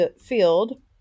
Field